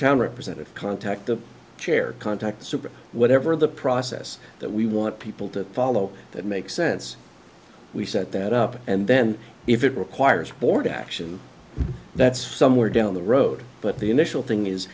town representative contact the chair contact soup or whatever the process that we want people to follow that makes sense we set that up and then if it requires board action that's somewhere down the road but the initial thing is